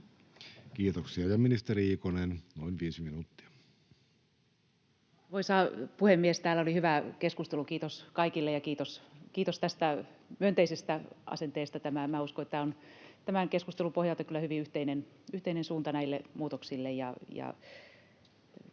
Kiitoksia. — Ministeri Ikonen, noin viisi minuuttia. Arvoisa puhemies! Täällä oli hyvä keskustelu. Kiitos kaikille ja kiitos tästä myönteisestä asenteesta. Minä uskon, että tämän keskustelun pohjalta on kyllä hyvin yhteinen suunta näille muutoksille